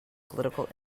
political